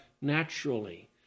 naturally